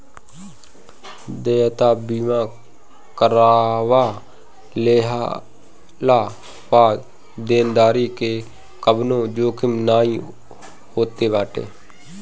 देयता बीमा करवा लेहला पअ देनदारी के कवनो जोखिम नाइ होत बाटे